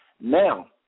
Now